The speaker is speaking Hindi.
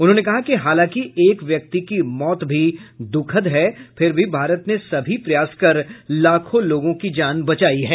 उन्होंने कहा कि हालांकि एक व्यक्ति की मौत भी दुखद है फिर भी भारत ने सभी प्रयास कर लाखो लोगों की जान बचाई है